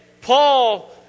Paul